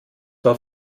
war